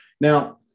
Now